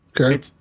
Okay